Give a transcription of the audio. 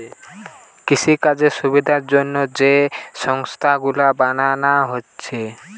কৃষিকাজের সুবিধার জন্যে যে সংস্থা গুলো বানানা হচ্ছে